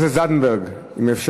חברת הכנסת זנדברג, אם אפשר.